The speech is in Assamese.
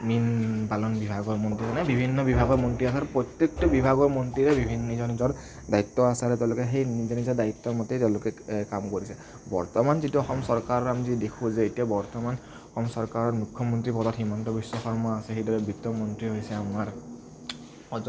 মীন পালন বিভাগৰ মন্ত্ৰী মানে বিভিন্ন বিভাগৰ মন্ত্ৰী আছে আৰু প্ৰত্যেকটো বিভাগৰ মন্ত্ৰীৰে নিজৰ নিজৰ দায়িত্ব আছে আৰু তেওঁলোকে সেই নিজৰ নিজৰ দায়িত্ব মতেই কাম কৰিছে বৰ্তমান যিটো অসম চৰকাৰ আমি দেখো যে এতিয়া বৰ্তমান অসম চৰকাৰৰ মুখ্যমন্ত্ৰী পদত হিমন্ত বিশ্ব শৰ্মা আছে সেইদৰে বিত্ত মন্ত্ৰী হৈছে আমাৰ